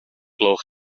gloch